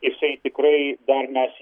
jisai tikrai dar mes